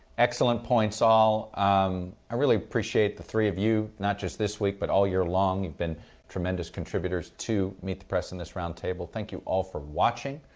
excellent points. i um ah really appreciate the three of you, not just this week but all year long. you've been tremendous contributors to meet the press and this roundtable. thank you all for watching.